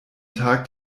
tag